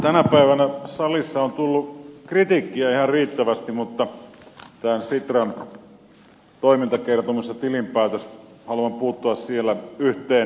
tänä päivänä salissa on tullut kritiikkiä ihan riittävästi mutta tässä sitran toimintakertomuksessa ja tilinpäätöksessä haluan puuttua yhteen kohtaan